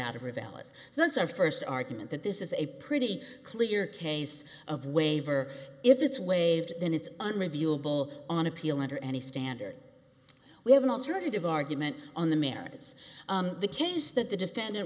out of her valis that's our first argument that this is a pretty clear case of waiver if it's waived then it's unreviewable on appeal and or any standard we have an alternative argument on the merits of the cases that the defendant